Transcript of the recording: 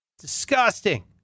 Disgusting